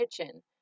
kitchen